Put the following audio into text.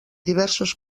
diversos